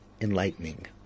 enlightening